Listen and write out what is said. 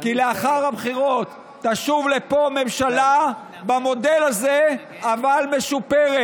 כי לאחר הבחירות תשוב לפה ממשלה במודל הזה אבל משופרת,